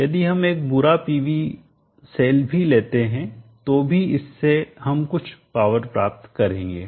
यदि हम एक बुरा PV पीवी सेल भी लेते हैं तो भी इससे हम कुछ पावर प्राप्त करेंगे